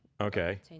Okay